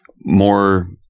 more